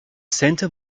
santa